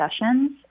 sessions